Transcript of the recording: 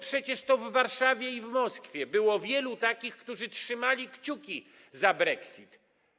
Przecież i w Warszawie, i w Moskwie było wielu takich, którzy trzymali kciuki za brexit.